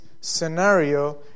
scenario